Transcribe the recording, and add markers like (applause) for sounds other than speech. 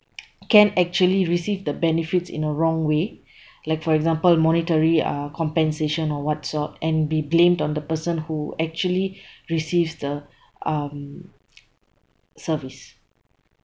(noise) can actually receive the benefits in a wrong way (breath) like for example monetary uh compensation or what sort and be blamed on the person who actually receives the um service